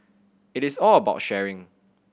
it is all about sharing